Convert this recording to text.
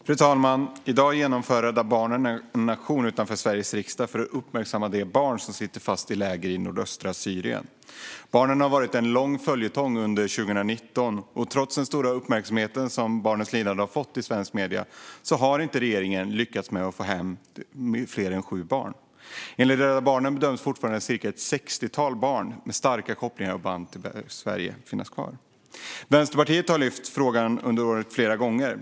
Fru talman! I dag genomför Rädda Barnen en aktion utanför Sveriges riksdag för att uppmärksamma de barn som sitter fast i läger i nordöstra Syrien. Barnen har varit en lång följetong under 2019, och trots den stora uppmärksamhet som barnens lidande har fått i svenska medier har regeringen inte lyckats få hem fler än sju barn. Enligt Rädda Barnen bedöms fortfarande ett sextiotal barn med starka kopplingar och band till Sverige finnas kvar. Vänsterpartiet har lyft upp frågan flera gånger under året.